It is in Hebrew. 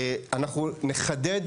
אנחנו נחדד,